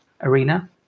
arena